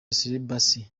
celibacy